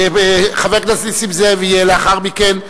חבר הכנסת נסים זאב יהיה לאחר מכן.